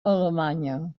alemanya